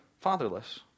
fatherless